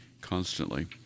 constantly